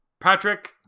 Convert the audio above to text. Patrick